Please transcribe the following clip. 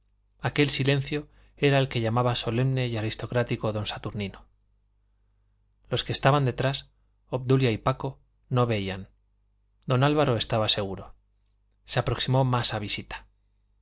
aquel silencio era el que llamaba solemne y aristocrático don saturnino los que estaban detrás obdulia y paco no veían don álvaro estaba seguro se aproximó más a visita